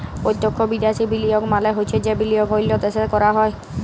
পত্যক্ষ বিদ্যাশি বিলিয়গ মালে হছে যে বিলিয়গ অল্য দ্যাশে ক্যরা হ্যয়